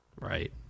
right